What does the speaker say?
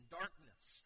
darkness